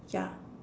yeah